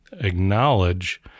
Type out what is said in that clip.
acknowledge